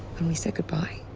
when we said goodbye?